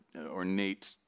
ornate